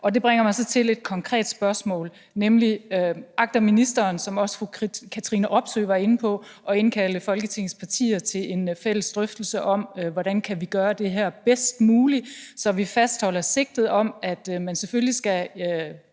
i. Det bringer mig så til et konkret spørgsmål: Agter ministeren, som også fru Katrine Robsøe var inde på, at indkalde Folketingets partier til en fælles drøftelse om, hvordan vi kan gøre det her bedst muligt, så vi fastholder sigtet om, at man selvfølgelig skal